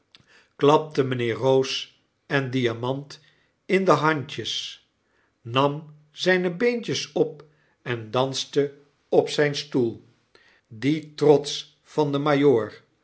klapte mijnheer jtoos en diamant in de handjes nam zijne beentjes op en danste op zijn stoel die trots van den